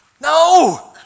No